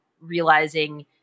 realizing